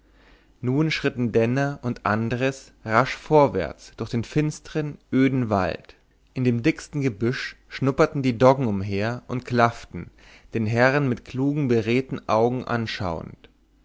nun schritten denner und andres rasch vorwärts durch den finstern öden wald in dem dicksten gebüsch schnupperten die doggen umher und klafften den herrn mit klugen beredten augen anschauend